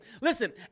listen